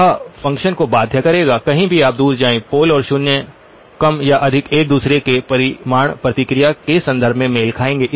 यह फ़ंक्शन को बाध्य करेगा कहीं भी आप दूर जाएं पोलऔर शून्य कम या अधिक एक दूसरे के परिमाण प्रतिक्रिया के संदर्भ में मेल खाएंगे